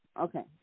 Okay